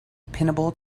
pinnable